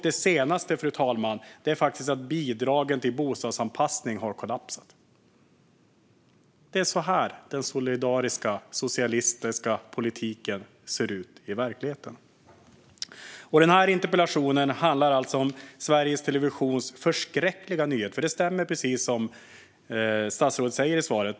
Det senaste, fru talman, är att bidragen till bostadsanpassning har kollapsat. Det är så här den solidariska socialistiska politiken ser ut i verkligheten. Den här interpellationen handlar alltså om Sveriges Televisions förskräckliga nyhet. Det stämmer precis som statsrådet säger i svaret.